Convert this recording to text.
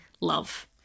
love